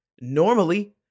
normally